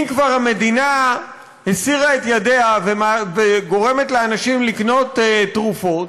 אם כבר המדינה הסירה את ידיה וגורמת לאנשים לקנות תרופות,